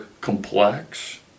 complex